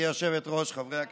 גברתי היושבת-ראש, חברי הכנסת,